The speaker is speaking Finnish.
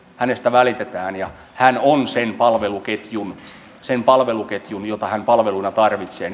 välitetään ja hän on sen palveluketjun keskiössä sen palveluketjun jota hän palveluna tarvitsee